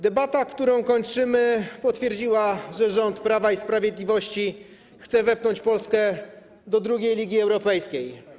Debata, którą kończymy, potwierdziła, że rząd Prawa i Sprawiedliwości chce wepchnąć Polskę do drugiej ligi europejskiej.